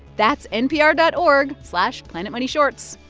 that's npr dot org slash planetmoneyshorts.